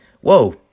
whoa